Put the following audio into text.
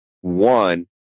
One